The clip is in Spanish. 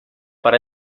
para